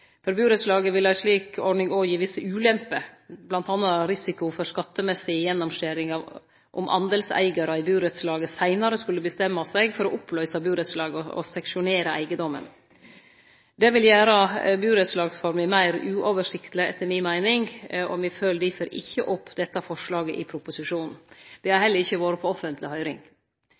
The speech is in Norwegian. For burettslaget ville ei slik ordning òg gi visse ulemper, bl.a. risiko for skattemessig gjennomskjering om deleigarar i burettslaget seinare skulle bestemme seg for å oppløyse burettslaget og seksjonere eigedomen. Det vil etter mi meining gjere burettslagsforma meir uoversiktleg. Me følgjer difor ikkje opp dette forslaget i proposisjonen. Det har heller ikkje vore på offentleg høyring.